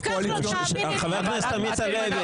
חבר הכנסת עמית הלוי,